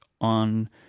on